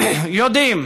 יודעים